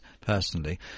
personally